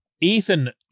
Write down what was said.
Ethan